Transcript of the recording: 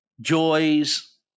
joys